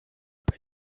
bei